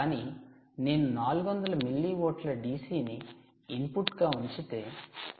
కానీ నేను 400 మిల్లీవోల్ట్ల DC ని ఇన్పుట్గా ఉంచితే ఇది 1